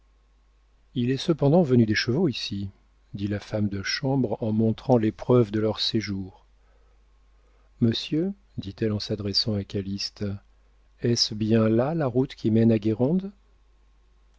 il est cependant venu des chevaux ici dit la femme de chambre en montrant les preuves de leur séjour monsieur dit-elle en s'adressant à calyste est-ce bien là la route qui mène à